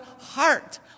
heart